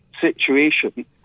situation